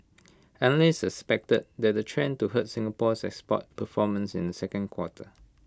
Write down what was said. analysts expected that the trend to hurt Singapore's export performance in the second quarter